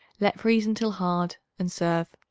let freeze until hard and serve.